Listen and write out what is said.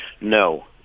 No